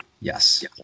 Yes